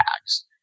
tags